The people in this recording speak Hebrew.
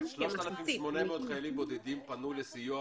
3,800 חיילים בודדים פנו לסיוע